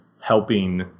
helping